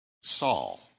Saul